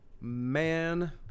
Man